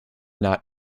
not